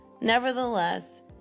nevertheless